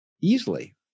easily